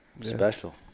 Special